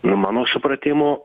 mano supratimu